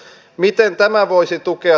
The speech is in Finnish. miten tämä voisi tukea